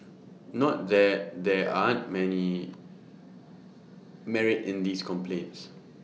not that there aren't many merit in these complaints